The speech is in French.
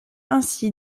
ainsi